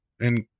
and-